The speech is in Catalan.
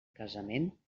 casament